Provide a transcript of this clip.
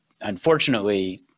unfortunately